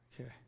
Okay